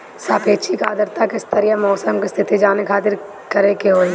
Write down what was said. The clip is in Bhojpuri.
सापेक्षिक आद्रता के स्तर या मौसम के स्थिति जाने खातिर करे के होई?